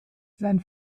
sein